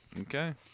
Okay